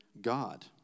God